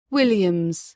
Williams